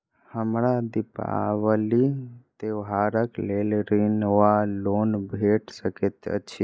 हमरा दिपावली त्योहारक लेल ऋण वा लोन भेट सकैत अछि?